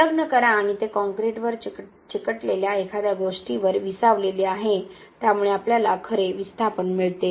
संलग्न करा आणि ते कॉंक्रिटवर चिकटलेल्या एखाद्या गोष्टीवर विसावलेले आहे त्यामुळे आपल्याला खरे विस्थापन मिळते